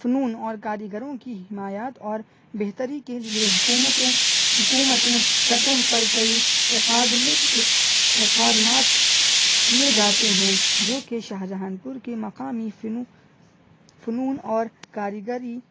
فنون اور کاریگروں کی حمایات اور بہتری کے لیے حکومتوں حکومتیں سطح پر کئی اکادمک اقدامات کیے جاتے ہیں جوکہ شاہ جہاں پور کے مقامی فنو فنون اور کاریگری